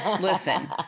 Listen